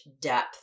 depth